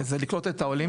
זה לקלוט את העולים.